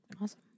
awesome